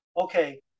Okay